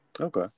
okay